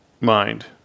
mind